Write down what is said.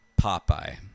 Popeye